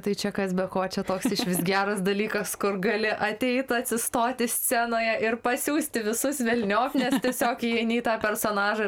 tai čia kas be ko čia toks išvis geras dalykas kur gali ateit atsistoti scenoje ir pasiųsti visus velniop nes tiesiog įeini į tą personažą